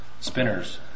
spinners